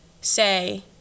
say